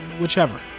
whichever